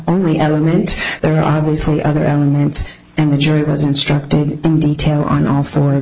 only element there obviously other elements and the jury was instructed detail on all four of